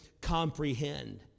comprehend